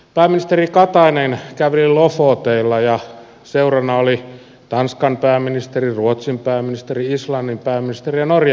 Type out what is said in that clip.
pääministeri katainen käveli lofooteilla ja seurana olivat tanskan pääministeri ruotsin pääministeri islannin pääministeri ja norjan pääministeri